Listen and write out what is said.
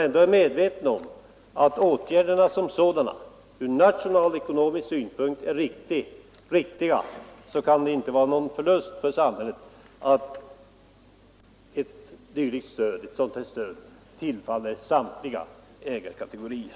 När åtgärderna som sådana ur nationalekonomisk synpunkt är riktiga kan det inte betraktas som en förlust för samhället att ett dylikt stöd tillfaller samtliga ägarkategorier.